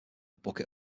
bucket